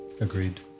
Agreed